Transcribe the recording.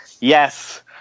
Yes